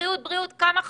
בריאות, בריאות וכמה חשוב.